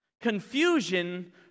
Confusion